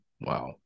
wow